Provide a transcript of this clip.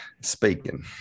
speaking